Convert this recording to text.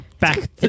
Back